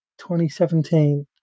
2017